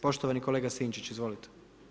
Poštovani kolega Sinčić, izvolite.